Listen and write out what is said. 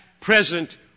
present